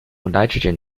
nitrogen